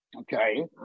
okay